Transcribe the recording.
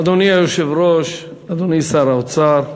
אדוני היושב-ראש, אדוני שר האוצר,